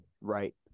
Right